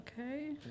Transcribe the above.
okay